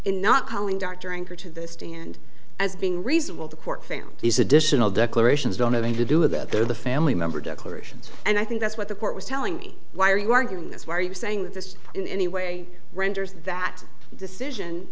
in not calling doctoring her to the stand as being reasonable the court found these additional declarations on having to do without the family member declarations and i think that's what the court was telling me why are you arguing this why are you saying that this in any way renders that decision